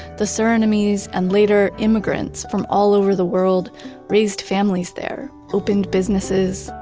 the surinamese and later, immigrants from all over the world raised families there, opened businesses,